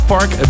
Park